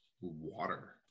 water